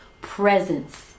presence